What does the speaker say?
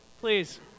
Please